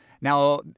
Now